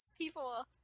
people